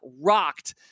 rocked